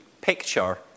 picture